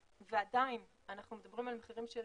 ועדיין אנחנו מדברים על מחירים של